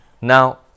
Now